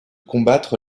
combattre